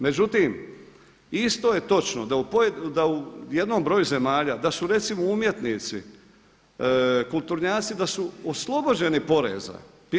Međutim isto je točno da u jednom broju zemalja da su recimo umjetnici, kulturnjaci da su oslobođeni poreza.